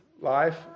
life